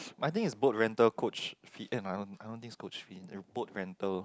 I think is boat rental coach fee eh I don't I don't think is coach fee and boat rental